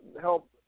help